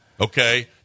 Okay